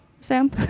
Sam